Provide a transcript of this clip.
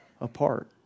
apart